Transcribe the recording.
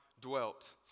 dwelt